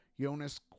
Jonas